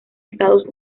estados